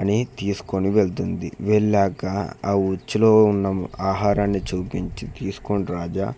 అని తీసుకొని వెళుతుంది వెళ్ళాక ఆ ఉచ్చులో ఉన్న ఆహారాన్ని చూపించి తీసుకోండి రాజా